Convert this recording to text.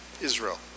Israel